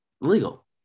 legal